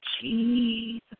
Jesus